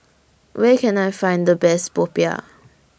Where Can I Find The Best Popiah